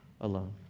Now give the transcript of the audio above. alone